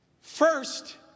First